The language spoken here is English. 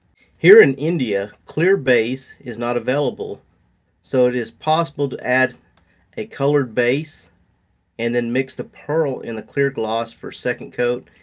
here in india, clear base is not available so it is possible to add a colored base and then mix the pearl in a clear gloss for second coat,